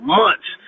months